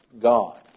God